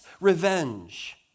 revenge